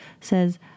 says